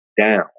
down